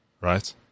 right